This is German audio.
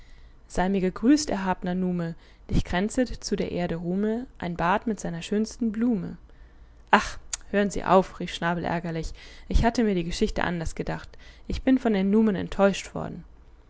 sei mir gegrüßt erhabner nume dich kränzet zu der erde ruhme ein bat mit seiner schönsten blume ach hören sie auf rief schnabel ärgerlich ich hatte mir die geschichte anders gedacht ich bin von den numen enttäuscht worden